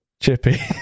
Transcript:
Chippy